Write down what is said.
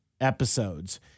episodes